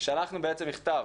שלחתנו בעצם מכתב,